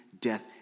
death